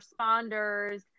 responders